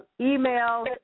email